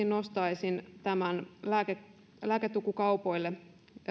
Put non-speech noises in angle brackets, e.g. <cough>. <unintelligible> nostaisin erityisesti lääketukkukaupoille